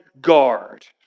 guard